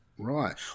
Right